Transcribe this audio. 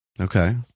okay